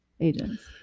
agents